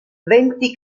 venti